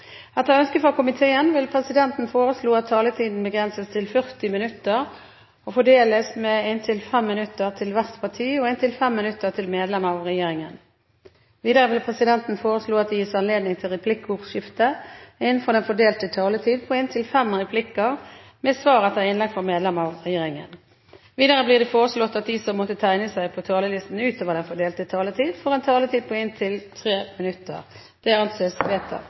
Etter ønske fra transport- og kommunikasjonskomiteen vil presidenten foreslå at taletiden begrenses til 40 minutter og fordeles med inntil 5 minutter til hvert parti og inntil 5 minutter til medlem av regjeringen. Videre vil presidenten foreslå at det gis anledning til replikkordskifte på inntil fem replikker med svar etter innlegg fra medlem av regjeringen innenfor den fordelte taletid. Videre blir det foreslått at de som måtte tegne seg på talerlisten utover den fordelte taletid, får en taletid på inntil 3 minutter. – Det anses vedtatt.